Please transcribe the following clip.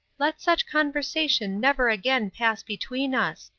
let such conversation never again pass between us.